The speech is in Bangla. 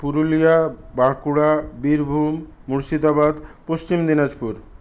পুরুলিয়া বাঁকুড়া বীরভূম মুর্শিদাবাদ পশ্চিম দিনাজপুর